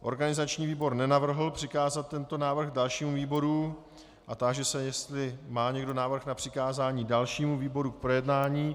Organizační výbor nenavrhl přikázat tento návrh dalšímu výboru a táži se, jestli má někdo návrh na přikázání dalšímu výboru k projednání.